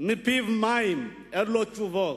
ופיו מלא מים, אין לו תשובות.